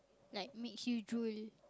like makes you drool